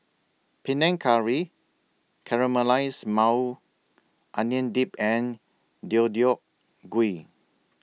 Panang Curry Caramelized Maui Onion Dip and Deodeok Gui